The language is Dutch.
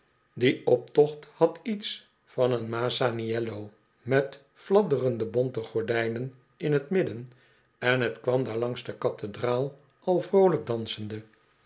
hospitaal dieoptocht had iets van een masaniello met fladderende bonte gordijnen in t midden en t kwam daar langs de cathedraal al vroolijk dansende